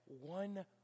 one